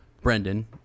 Brendan